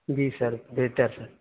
جی sir بہتر